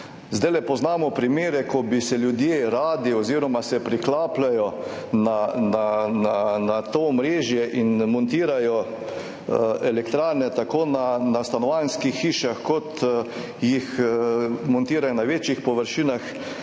Zdaj poznamo primere, ko bi se ljudje radi oziroma se priklapljajo na to omrežje in montirajo elektrarne tako na stanovanjskih hišah, montirajo jih na večjih površinah in